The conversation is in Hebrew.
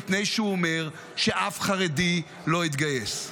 מפני שהוא אומר שאף חרדי לא יתגייס.